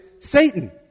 Satan